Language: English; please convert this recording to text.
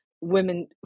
women